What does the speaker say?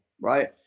right